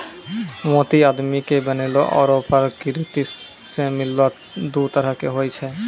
मोती आदमी के बनैलो आरो परकिरति सें मिललो दु तरह के होय छै